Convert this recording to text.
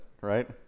right